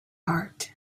heart